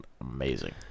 amazing